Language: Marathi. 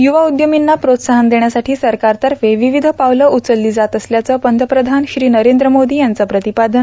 युवा उद्यर्मीना प्रोत्साहन देण्यासाठी सरकारतर्फे विविध पावलं उचलली जात असल्याचं पंतप्रधान श्री नरेंद्र मोदी यांचं प्रतिपादन